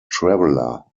traveller